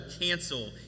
cancel